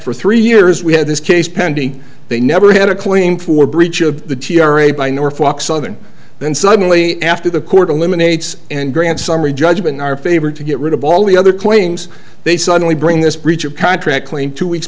for three years we had this case pending they never had a claim for breach of the t r a by norfolk southern then suddenly after the court eliminates and grant summary judgment in our favor to get rid of all the other claims they suddenly bring this breach of contract claim two weeks